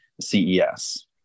CES